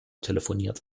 telefoniert